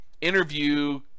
Interview